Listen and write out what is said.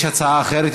יש הצעה אחרת?